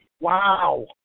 Wow